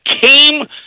came